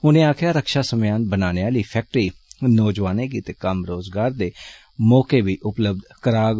उनें आक्खेआ रक्षा सम्यान बनाने आली फैक्टरी नौजुआनें गितै कम्म रोज़गार दे मौके बी उपलब्ध कराग